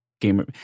gamer